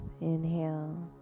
inhale